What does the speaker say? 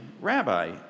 Rabbi